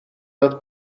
dat